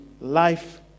life